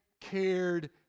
cared